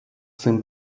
цим